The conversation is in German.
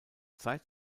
zeit